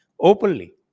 openly